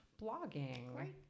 blogging